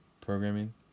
programming